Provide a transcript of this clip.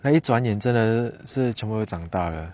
like 一转眼真的是全部长大了